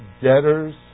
debtors